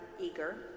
eager